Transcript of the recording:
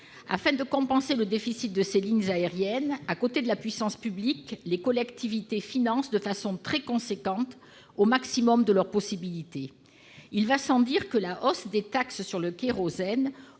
Afin de compenser le déficit de ces lignes aériennes, à côté de la puissance publique, les collectivités les financent de façon très importante, au maximum de leurs possibilités. Il va sans dire que la hausse des taxes sur le kérosène,